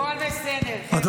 הכול בסדר, זה לא אישי.